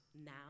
now